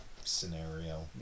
scenario